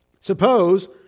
Suppose